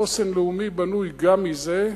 חוסן לאומי בנוי גם מזה,